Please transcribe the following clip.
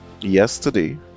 yesterday